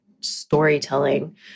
storytelling